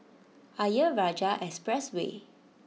Ayer Rajah Expressway